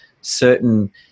certain